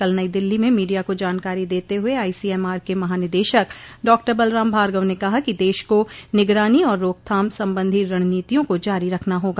कल नई दिल्ली में मीडिया को जानकारी देते हुए आईसीएमआर के महानिदेशक डॉ बलराम भार्गव ने कहा कि देश को निगरानी और रोकथाम संबंधी रणनीतियों को जारी रखना होगा